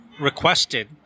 requested